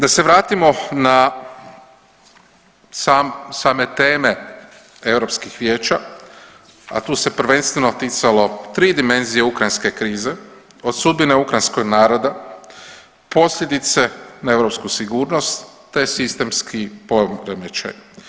Da se vratimo na same teme europskih vijeća, a tu se prvenstveno ticalo tri dimenzije ukrajinske krize, o sudbini ukrajinskog naroda, posljedice na europsku sigurnost te sistemski poremećaj.